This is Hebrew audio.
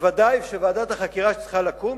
ובוודאי שוועדת החקירה שצריכה לקום,